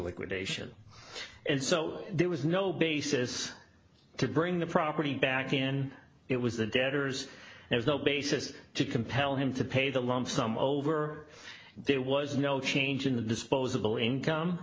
liquidation and so there was no basis to bring the property back in it was the debtors there's no basis to compel him to pay the lump sum over there was no change in the disposable income